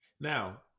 Now